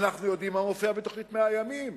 אנחנו יודעים מה מופיע בתוכנית 100 הימים,